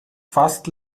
fast